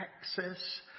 access